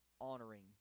honoring